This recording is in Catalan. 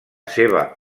seva